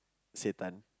satan